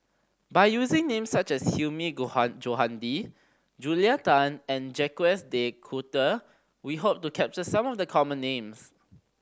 by using names such as Hilmi Johandi Julia Tan and Jacques De Coutre we hope to capture some of the common names